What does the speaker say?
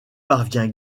parvient